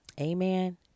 amen